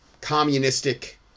communistic